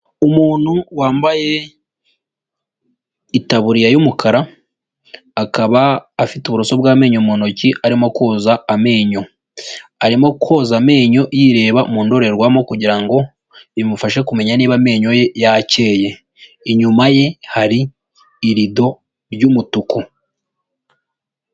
Umuntu wambaye itaburiya y'umukara akaba afite uburoso bw'amenyo mu ntoki arimo koza amenyo arimo koza amenyo yireba mu ndorerwamo kugira ngo imufashe kumenya niba amenyo ye yakeye inyuma ye hari irido ry'umutuku.